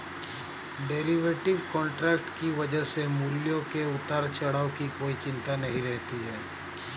derivative contract की वजह से मूल्यों के उतार चढ़ाव की कोई चिंता नहीं रहती है